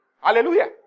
hallelujah